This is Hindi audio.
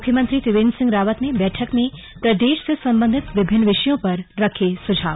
मुख्यमंत्री त्रिवेंद्र सिह रावत ने बैठक में प्रदेश से संबंधित विभिन्न विषयों पर रखे सुझाव